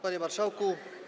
Panie Marszałku!